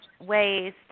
ways